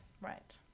Right